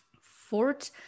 Fort